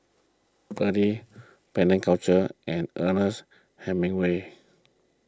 Burnie Penang Culture and Ernest Hemingway